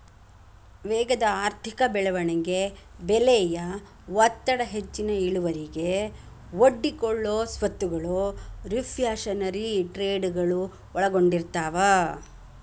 ವೇಗದ ಆರ್ಥಿಕ ಬೆಳವಣಿಗೆ ಬೆಲೆಯ ಒತ್ತಡ ಹೆಚ್ಚಿನ ಇಳುವರಿಗೆ ಒಡ್ಡಿಕೊಳ್ಳೊ ಸ್ವತ್ತಗಳು ರಿಫ್ಲ್ಯಾಶನರಿ ಟ್ರೇಡಗಳು ಒಳಗೊಂಡಿರ್ತವ